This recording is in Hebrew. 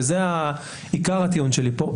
וזה עיקר הטיעון שלי פה,